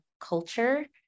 culture